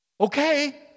okay